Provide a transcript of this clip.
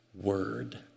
word